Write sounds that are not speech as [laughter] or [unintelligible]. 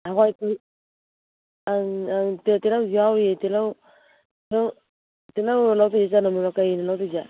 [unintelligible] ꯑꯪ ꯑꯪ ꯇꯤꯜꯍꯧꯁꯨ ꯌꯥꯎꯔꯤꯌꯦ ꯇꯤꯜꯍꯧ ꯇꯤꯜꯍꯧ ꯇꯤꯜꯍꯧꯔꯣ ꯂꯧꯗꯣꯏꯁꯦ ꯆꯅꯝꯔꯣ ꯀꯩꯅꯣ ꯂꯧꯗꯣꯏꯁꯦ